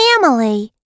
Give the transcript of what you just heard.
family